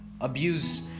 abuse